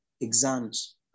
exams